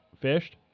fished